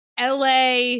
LA